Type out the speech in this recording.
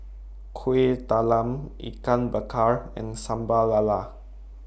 Kueh Talam Ikan Bakar and Sambal Lala